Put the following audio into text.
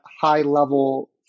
high-level